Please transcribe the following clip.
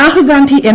Rahul Gandhi M